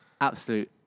absolute